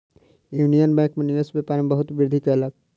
union Bank निवेश व्यापार में बहुत वृद्धि कयलक